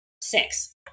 six